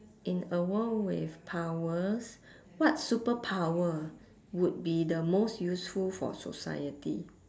in a world with powers what superpower would be the most useful for society